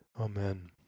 Amen